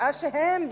שעה שהם,